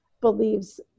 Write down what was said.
believes